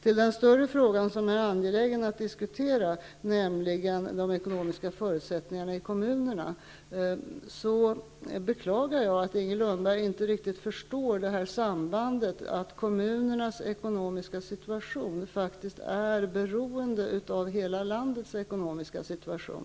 I den större frågan som är angelägen att diskutera, nämligen de ekonomiska förutsättningarna i kommunerna, beklagar jag att Inger Lundberg inte riktigt förstår sambandet, att kommunernas ekonomiska situation är beroende av hela landets ekonomiska situation.